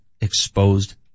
exposed